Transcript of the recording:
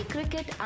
Cricket